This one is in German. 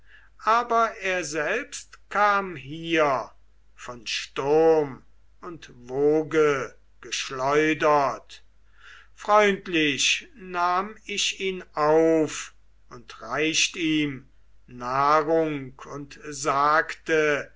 aber er selbst kam hier von sturm und woge geschleudert freundlich nahm ich ihn auf und reicht ihm nahrung und sagte